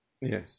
Yes